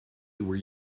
where